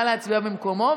עלה להצביע ממקומו,